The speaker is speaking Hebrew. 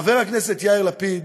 חבר הכנסת יאיר לפיד